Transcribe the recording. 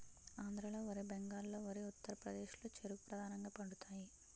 ఆంధ్రాలో వరి బెంగాల్లో వరి ఉత్తరప్రదేశ్లో చెరుకు ప్రధానంగా పండుతాయి